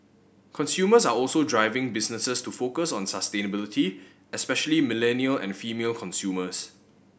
consumers are also driving businesses to focus on sustainability especially millennial and female consumers